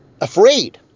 afraid